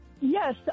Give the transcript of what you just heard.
Yes